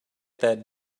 that